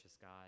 God